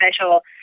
special